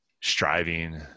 striving